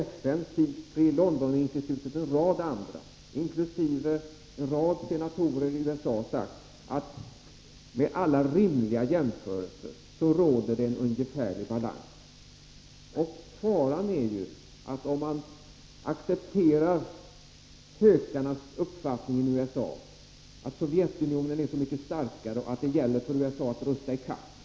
FN, SIPRI, Londoninstitutet och en rad andra organ samt flera senatorer i USA har sagt att det med alla rimliga jämförelser råder en ungefärlig balans. Om man accepterar de amerikanska hökarnas uppfattning att Sovjetunionen är så mycket starkare och att det gäller för USA att rusta i kapp är vi snart illa ute, Björn Körlof.